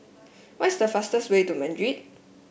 what is the fastest way to Madrid